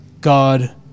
God